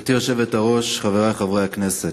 גברתי היושבת-ראש, חברי חברי הכנסת,